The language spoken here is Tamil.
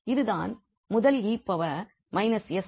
இது தான் முதல் 𝑒−𝑠 ஆல் ஆன முதல் ஷிப்ட் 𝑡 − 1